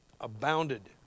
abounded